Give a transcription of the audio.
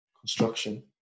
Construction